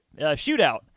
shootout